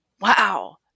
wow